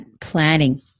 planning